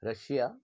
Russia